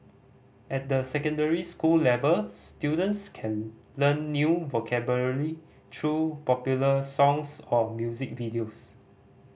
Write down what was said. at the secondary school level students can learn new vocabulary through popular songs or music videos